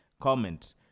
comment